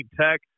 Tech